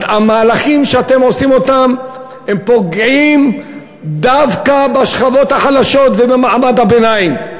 המהלכים שאתם עושים פוגעים דווקא בשכבות החלשות ובמעמד הביניים.